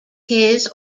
his